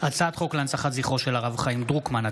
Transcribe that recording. הצעת חוק להנצחת זכרו של הרב חיים דרוקמן,